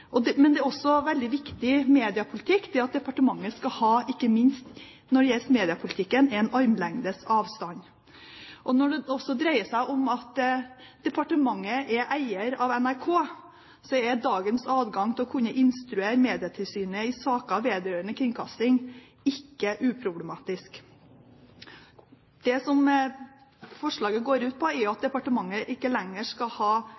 andre forvaltningsorganer. Men det er også veldig viktig at departementet ikke minst når det gjelder mediepolitikken, skal ha armlengdes avstand. Når det også dreier seg om at departementet er eier av NRK, så er dagens adgang til å kunne instruere Medietilsynet i saker vedrørende kringkasting ikke uproblematisk. Det forslaget går ut på, er at departementet ikke lenger skal